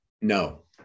no